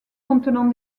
contenant